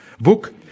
book